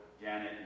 Janet